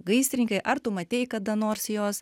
gaisrininkai ar tu matei kada nors juos